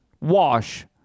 Wash